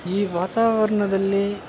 ಈ ವಾತಾವರ್ಣದಲ್ಲಿ